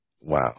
Wow